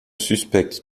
suspecte